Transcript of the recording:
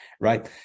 Right